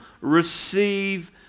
receive